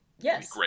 Yes